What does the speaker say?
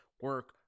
Work